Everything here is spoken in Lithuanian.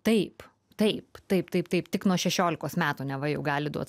taip taip taip taip taip tik nuo šešiolikos metų neva jau gali duot